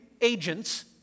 agents